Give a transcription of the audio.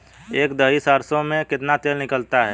एक दही सरसों में कितना तेल निकलता है?